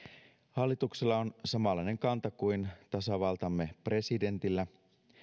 hallituksella on samanlainen kanta kuin tasavaltamme presidentillä